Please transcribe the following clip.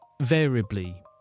variably